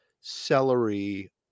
celery